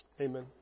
Amen